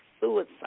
suicide